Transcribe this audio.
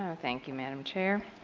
and thank you madam chair.